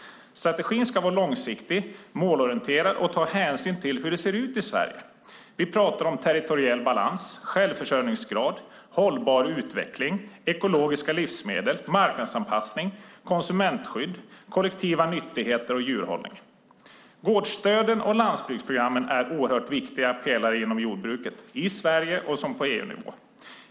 Strategin ska vara långsiktig, målorienterad och ta hänsyn till hur det ser ut i Sverige. Vi pratar om territoriell balans, självförsörjningsgrad, hållbar utveckling, ekologiska livsmedel, marknadsanpassning, konsumentskydd, kollektiva nyttigheter och djurhållning. Gårdsstöden och landsbygdsprogrammen är oerhört viktiga pelare inom jordbruket i Sverige och på EU-nivå.